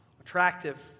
attractive